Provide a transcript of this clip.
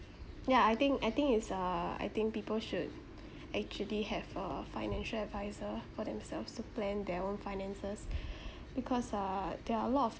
ya I think I think it's a I think people should actually have a financial adviser for themselves to plan their own finances because uh there are a lot of